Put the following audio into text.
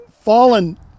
fallen